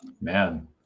Man